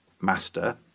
master